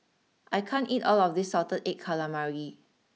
I can't eat all of this Salted Egg Calamari